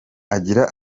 agira